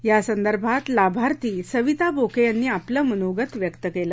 यांसदर्भात लाभार्थी सविता बोके यांनी आपलं मनोगत व्यक्त केलं